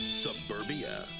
Suburbia